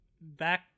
back